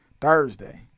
Thursday